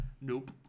Nope